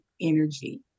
energy